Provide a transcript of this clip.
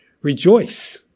rejoice